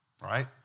right